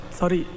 sorry